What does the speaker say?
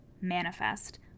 manifest